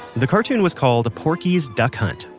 the cartoon was called, porky's duck hunt.